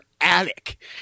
attic